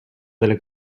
delle